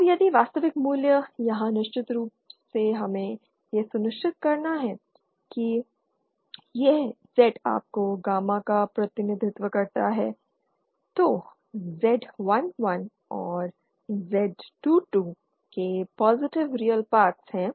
अब यदि वास्तविक मूल्य यहाँ निश्चित रूप से हमें यह सुनिश्चित करना है कि यह Z आपके गामा का प्रतिनिधित्व करता है तो Z11 और Z22 के पॉजिटिव रियल पार्ट्स हैं